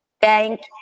Thank